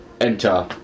enter